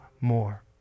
more